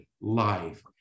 life